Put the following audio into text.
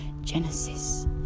Genesis